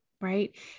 right